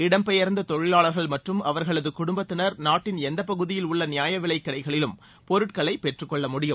இடம்பெயர்ந்த தொழிலாளர்கள் மற்றும் அவர்களது குடும்பத்தினர் நாட்டின் எந்த பகுதியில் உள்ள நியாயவிலைக்கடைகளிலும் பொருட்களை பெற்றுக்கொள்ள முடியும்